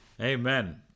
Amen